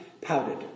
pouted